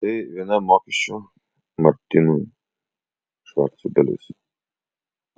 tai viena mokesčio martinui švarcui dalis